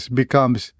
becomes